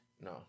No